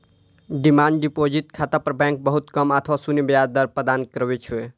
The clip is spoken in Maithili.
डिमांड डिपोजिट खाता पर बैंक बहुत कम अथवा शून्य ब्याज दर प्रदान करै छै